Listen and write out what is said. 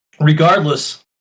Regardless